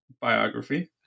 biography